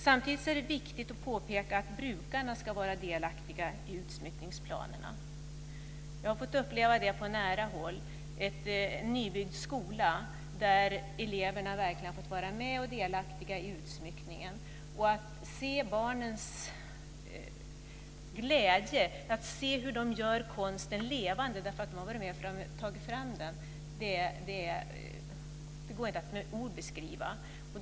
Samtidigt är det viktigt att påpeka att brukarna ska vara delaktiga i utsmyckningsplanerna. Jag har fått uppleva detta på nära håll i en nybyggd skola där eleverna verkligen har fått vara med och vara delaktiga i utsmyckningen. Känslan av att se barnens glädje, att se hur de gör konsten levande då de varit med och tagit fram den, går inte att med ord beskriva.